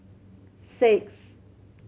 six